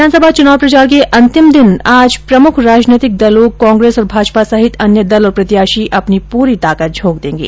विधानसभा चुनाव प्रचार के अंतिम दिन आज प्रमुख राजनैतिक दलों कांग्रेस और भाजपा सहित अन्य दल और प्रत्याशी अपनी पूरी ताकत झोंक देंगे